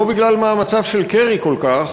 לא בגלל מאמציו של קרי כל כך,